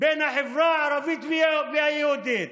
בין החברה הערבית ליהודית.